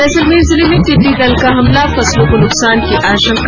जैसलमेर जिले में टिड्डी दल का हमला फसलों को नुकसान की आशंका